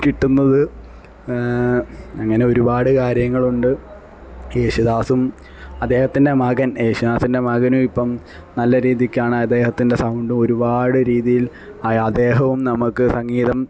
കിട്ടുന്നത് അങ്ങനെ ഒരുപാട് കാര്യങ്ങളുണ്ട് യേശുദാസും അദ്ദേഹത്തിന്റെ മകന് യേശുദാസിന്റെ മകനും ഇപ്പം നല്ല രീതിക്കാണ് അദ്ദേഹത്തിന്റെ സൗണ്ട് ഒരുപാട് രീതിയില് അദ്ദേഹവും നമുക്ക് സംഗീതം